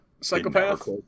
psychopath